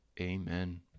Amen